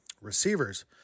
receivers